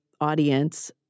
audience